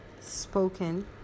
Spoken